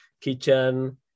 kitchen